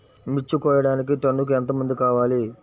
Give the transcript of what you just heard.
మిర్చి కోయడానికి టన్నుకి ఎంత మంది కావాలి?